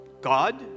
God